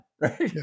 Right